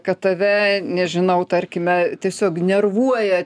kad tave nežinau tarkime tiesiog nervuoja